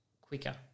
quicker